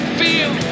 feel